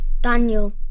Daniel